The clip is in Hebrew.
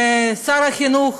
שר החינוך